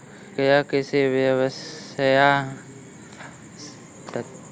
क्या किसी व्यवसाय पर ऋण मिल सकता है?